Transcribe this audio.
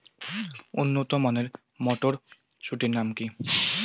উন্নত মানের মটর মটরশুটির নাম?